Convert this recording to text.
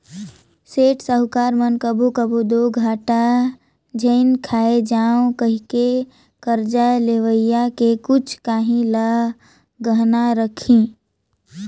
सेठ, साहूकार मन कभों कभों दो घाटा झेइन खाए जांव कहिके करजा लेवइया के कुछु काहीं ल गहना रखहीं